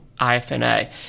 IFNA